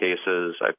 cases